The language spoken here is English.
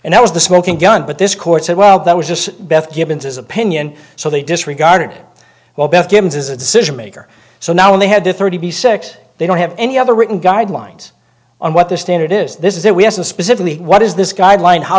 and that was the smoking gun but this court said well that was just beth given his opinion so they disregarded it well beth givens is a decision maker so now when they had to thirty six they don't have any other written guidelines on what the standard is this is that we have to specifically what is this guideline how